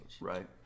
Right